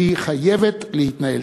חייבת להתנהל.